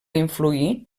influir